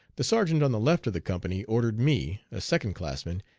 the sergeant on the left of the company ordered me, a second classman,